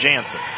Jansen